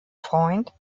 freund